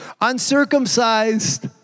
Uncircumcised